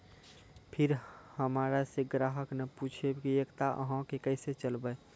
फिर हमारा से ग्राहक ने पुछेब की एकता अहाँ के केसे चलबै?